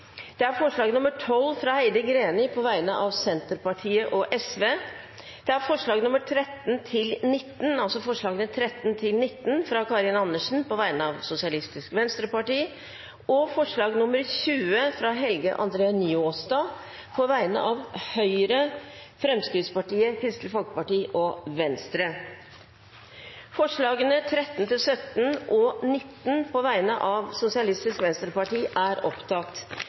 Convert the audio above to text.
Sosialistisk Venstreparti forslag nr. 12, fra Heidi Greni på vegne av Senterpartiet og Sosialistisk Venstreparti forslagene nr. 13–19, fra Karin Andersen på vegne av Sosialistisk Venstreparti forslag nr. 20, fra Helge André Njåstad på vegne av Høyre, Fremskrittspartiet, Kristelig Folkeparti og Venstre Det voteres over forslagene nr. 13–17 og 19, fra Sosialistisk Venstreparti.